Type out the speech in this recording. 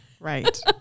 Right